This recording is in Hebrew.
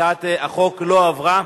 הצעת החוק לא עברה.